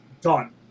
done